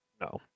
No